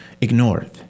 ignored